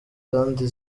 kandi